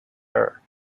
her